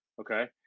Okay